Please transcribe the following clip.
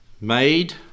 made